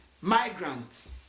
migrants